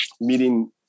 meeting